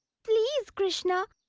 please, krishna,